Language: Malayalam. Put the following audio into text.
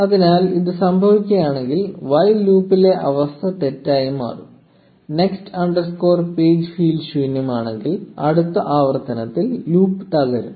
അതിനാൽ ഇത് സംഭവിക്കുകയാണെങ്കിൽ വൈല് ലൂപ്പിലെ അവസ്ഥ തെറ്റായി മാറും നെക്സ്റ്റ് അണ്ടർസ്കോർ പേജ് ഫീൽഡ് ശൂന്യമാണെങ്കിൽ അടുത്ത ആവർത്തനത്തിൽ ലൂപ്പ് തകരും